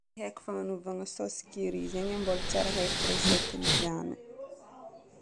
Tsy haiko fagnagnovana saosy curry zegny, mbola tsy ary haiko recette-n'izany.